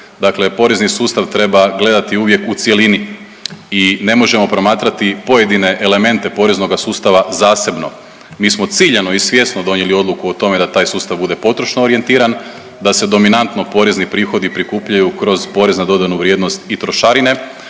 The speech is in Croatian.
Dakle, porezni sustav treba gledati uvijek u cjelini i ne možemo promatrati pojedine elemente poreznoga sustava zasebno. Mi smo ciljano i svjesno donijeli odluku o tome da taj sustav bude potrošno orijentiran, da se dominantno porezni prihodi prikupljaju kroz porez na dodatnu vrijednost i trošarine,